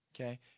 Okay